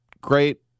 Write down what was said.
great